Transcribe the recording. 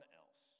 else